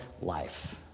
life